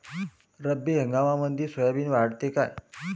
रब्बी हंगामामंदी सोयाबीन वाढते काय?